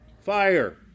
Fire